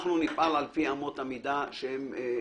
אנחנו נפעל לפי אמות המידה שהם קובעים.